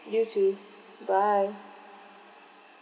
you too bye